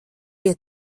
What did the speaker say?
pie